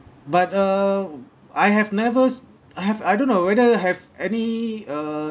but err I have nevers I hav~ I don't know whether have any err